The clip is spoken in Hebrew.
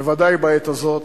בוודאי בעת הזאת,